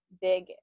big